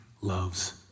loves